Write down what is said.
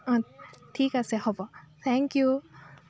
অঁ ঠিক আছে হ'ব থেংক ইউ